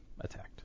attacked